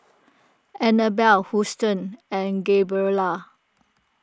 Annabel Houston and Gabriella